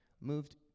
moved